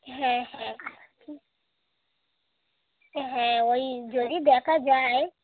হ্যাঁ হ্যাঁ হ্যাঁ ওই যদি দেখা যায়